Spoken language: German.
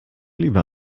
lieber